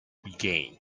began